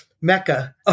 Mecca